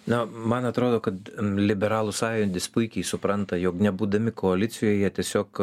na man atrodo kad liberalų sąjūdis puikiai supranta jog nebūdami koalicijoj jie tiesiog